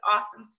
Awesome